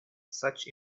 such